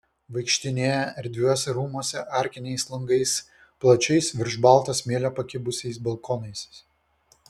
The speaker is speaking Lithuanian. vaikštinėja erdviuose rūmuose arkiniais langais plačiais virš balto smėlio pakibusiais balkonais